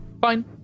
Fine